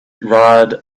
ride